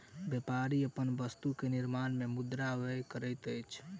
व्यापारी अपन वस्तु के निर्माण में मुद्रा व्यय करैत अछि